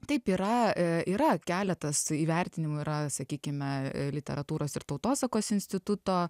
taip yra e yra keletas įvertinimų yra sakykime literatūros ir tautosakos instituto